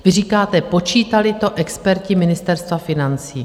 Vy říkáte: Počítali to experti Ministerstva financí.